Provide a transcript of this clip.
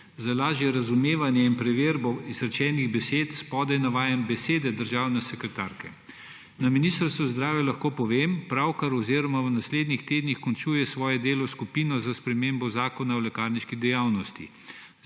Za lažje razumevanje in preverbo izrečenih besed spodaj navajam besede državne sekretarke: »Na Ministrstvu za zdravje lahko povem, pravkar oziroma v naslednjih tednih končuje svoje delo skupina za spremembo Zakona o lekarniški dejavnosti,